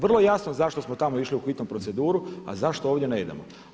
Vrlo je jasno zašto smo tamo išli u hitnu proceduru, a zašto ovdje ne idemo.